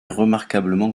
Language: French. remarquablement